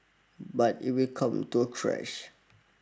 but it will come to a crash